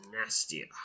nastier